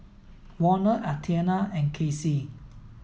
Warner Athena and Kasey